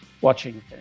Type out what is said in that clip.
watching